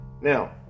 Now